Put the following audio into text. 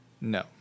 No